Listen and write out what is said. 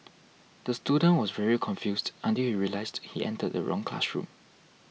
the student was very confused until he realised he entered the wrong classroom